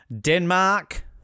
Denmark